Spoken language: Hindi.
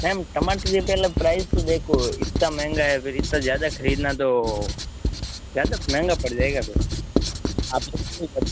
मेम टमाटर के पहले प्राइस तो देखो इतना महंगा है फिर इतना ज़्यादा खरीदना तो ज़्यादा महंगा पड़ जाएगा फिर आप